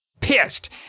pissed